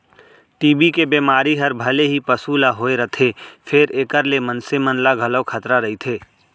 TB के बेमारी हर भले ही पसु ल होए रथे फेर एकर ले मनसे मन ल घलौ खतरा रइथे